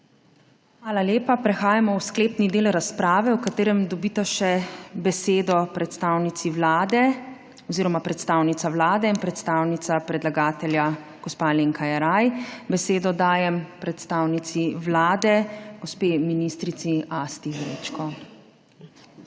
Hvala lepa. Prehajamo v sklepni del razprave, v katerem dobita besedo še predstavnica Vlade in predstavnica predlagatelja gospa Alenka Jeraj. Besedo dajem predstavnici Vlade gospe ministrici Asti Vrečko.